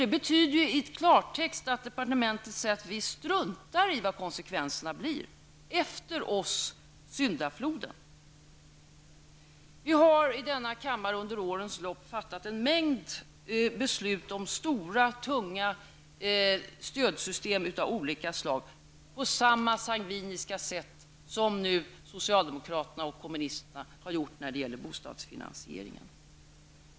Detta betyder i klartext att departementet säger att det struntar i konsekvenserna -- efter oss syndafloden. Vi har i denna kammare under årens lopp fattat en mängd beslut om stora, tunga stödsystem av olika slag på samma sangviniska sätt som nu socialdemokraterna och kommunisterna har gjort när det gäller bostadsfinansieringen.